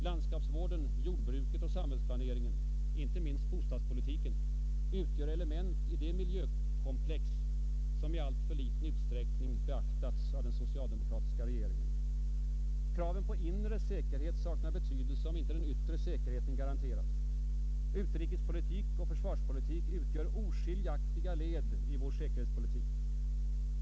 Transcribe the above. Landskapsvården, jordbruket och samhällsplaneringen — inte minst bostadspolitiken — utgör element i det miljökomplex som i alltför liten utsträckning beaktats av den socialdemokratiska regeringen. 7. Kraven på inre säkerhet saknar betydelse om icke den yttre säkerheten garanteras. Utrikespolitik och försvarspolitik utgör oskiljaktiga led i vår säkerhetspolitik.